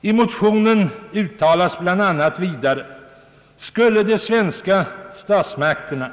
I motionen uttalas bl.a. vidare: »Skulle de svenska statsmakterna